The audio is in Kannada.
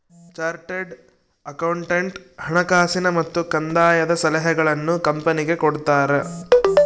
ಚಾರ್ಟೆಡ್ ಅಕೌಂಟೆಂಟ್ ಹಣಕಾಸಿನ ಮತ್ತು ಕಂದಾಯದ ಸಲಹೆಗಳನ್ನು ಕಂಪನಿಗೆ ಕೊಡ್ತಾರ